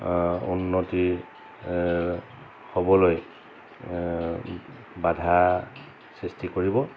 উন্নতিৰ হ'বলৈ বাধা সৃষ্টি কৰিব